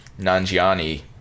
Nanjiani